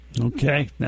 Okay